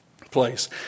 place